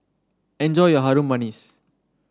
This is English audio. enjoy your Harum Manis